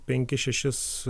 penkis šešis